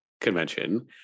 convention